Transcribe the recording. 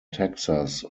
texas